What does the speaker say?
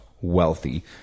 wealthy